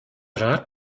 rat